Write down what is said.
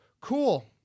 cool